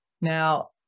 Now